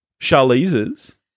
Charlize's